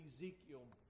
Ezekiel